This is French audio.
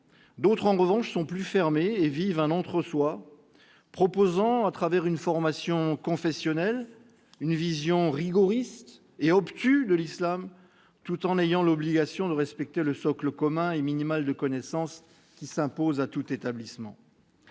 d'autres, en revanche, sont plus fermées et vivent dans un « entre soi », proposant, par la formation confessionnelle, une vision rigoriste et obtuse de l'islam, tout en ayant l'obligation de respecter le socle commun et minimal de connaissances qui s'impose à tout établissement.